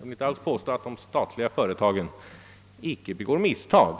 vill inte alls påstå att de statliga företagen icke begår misstag.